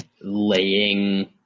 laying